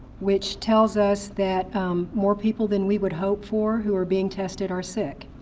which tells us that more people than we would hope for who are being tested are sick.